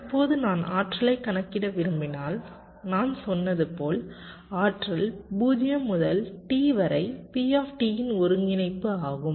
இப்போது நான் ஆற்றலைக் கணக்கிட விரும்பினால் நான் சொன்னது போல் ஆற்றல் 0 முதல் T வரை P இன் ஒருங்கிணைப்பு ஆகும்